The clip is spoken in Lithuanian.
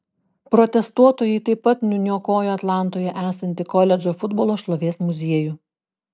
protestuotojai taip pat nuniokojo atlantoje esantį koledžo futbolo šlovės muziejų